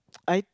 I